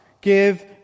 give